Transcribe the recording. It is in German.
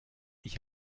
ich